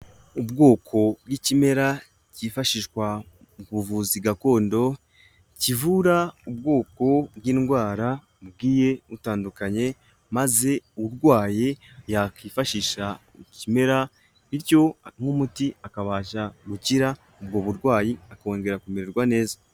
Ubwoko bw'ikimera cyifashishwa mu buvuzi gakondo kivura ubwoko bw'indwara mu bwi ye butandukanye maze urwaye yakifashisha ikimera bityo nk'umuti akabasha gukira ubwo burwayi akongera kumererwa neza.